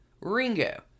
Ringo